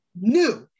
new